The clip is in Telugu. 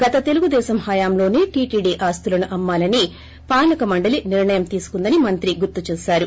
గత తెలుగుదేశం హయాంలోనే టీటీడీ ఆస్తులను అమ్మాలని పాలక మండలి నిర్ణయం తీసుకుందని మంత్రి గుర్తు చేసారు